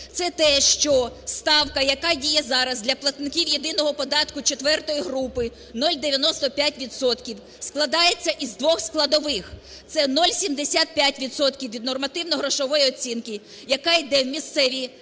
це те, що ставка, яка діє зараз для платників єдиного податку ІV групи – 0,95 відсотків, складається із двох складових: це 0,75 відсотків від нормативно-грошової оцінки, яка йде в місцеві